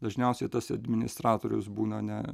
dažniausiai tas administratorius būna ne